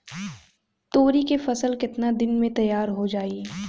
तोरी के फसल केतना दिन में तैयार हो जाई?